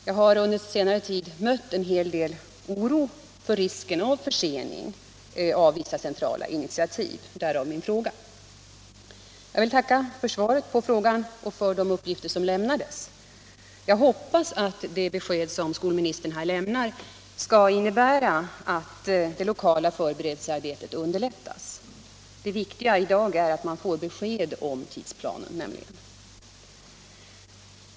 Jag har under senare tid mött en hel del oro för risken av försening av vissa centrala initiativ — därför min fråga. Jag vill tacka för svaret på frågan och för de uppgifter som lämnades. Jag hoppas att skolministerns besked skall innebära att det lokala förberedelsearbetet underlättas. Det viktiga i dag är nämligen att man får besked om tidsplanen.